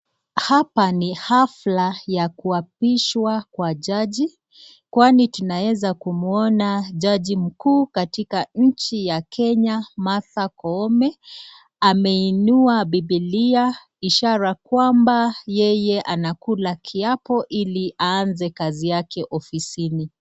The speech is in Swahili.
Hapa ni hafla ya kuapishwa kwa jaji kwani tunaeza kumuona jaji mkuu katika nchi ya Kenya, Martha Koome ameinua bibilia ishara kwamba yeye anakula kiapo ili aanze kazi yake ofisini.